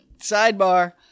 Sidebar